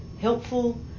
helpful